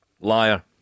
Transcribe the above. liar